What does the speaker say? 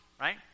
Right